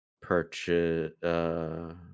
purchase